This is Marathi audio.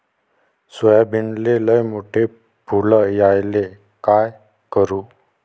सोयाबीनले लयमोठे फुल यायले काय करू?